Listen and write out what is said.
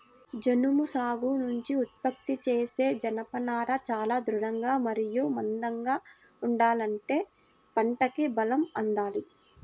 జనుము సాగు నుంచి ఉత్పత్తి చేసే జనపనార చాలా దృఢంగా మరియు మందంగా ఉండాలంటే పంటకి బలం అందాలి